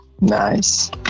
Nice